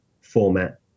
format